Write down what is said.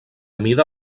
mida